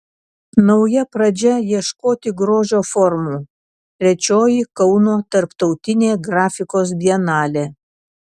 nauja pradžia ieškoti grožio formų trečioji kauno tarptautinė grafikos bienalė